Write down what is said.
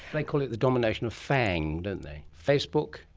they call it the domination of fang, don't they facebook,